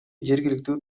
жергиликтүү